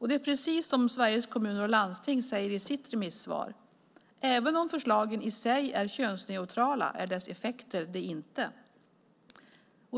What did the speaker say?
Det är precis som Sveriges Kommuner och Landsting säger i sitt remissvar: "Även om förslagen i sig är könsneutrala är dess effekter det inte."